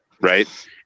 Right